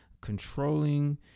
controlling